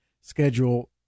schedule